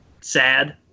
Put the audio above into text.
sad